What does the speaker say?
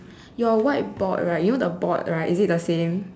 your whiteboard right you know the board right is it the same